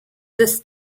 this